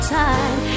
time